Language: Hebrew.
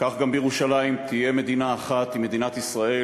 כך גם בירושלים, תהיה מדינה אחת, היא מדינת ישראל.